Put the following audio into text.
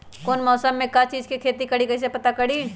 कौन मौसम में का चीज़ के खेती करी कईसे पता करी?